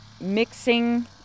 mixing